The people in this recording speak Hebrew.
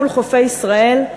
מול חופי ישראל,